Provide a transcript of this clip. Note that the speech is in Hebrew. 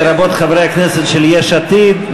לרבות חברי הכנסת של יש עתיד,